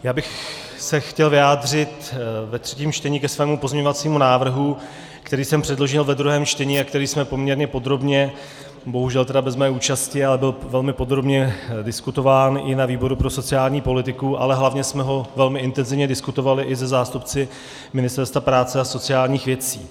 Já bych se chtěl vyjádřit ve třetím čtení ke svému pozměňovacímu návrhu, který jsem předložil ve druhém čtení a který jsme velmi podrobně, bohužel tedy bez mé účasti, ale byl velmi podrobně diskutován i na výboru pro sociální politiku, ale hlavně jsme ho velmi intenzivně diskutovali i se zástupci Ministerstva práce a sociálních věcí.